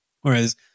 whereas